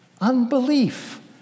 Unbelief